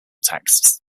texts